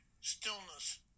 stillness